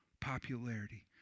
popularity